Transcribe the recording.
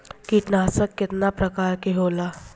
कीटनाशक केतना प्रकार के होला?